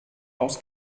aus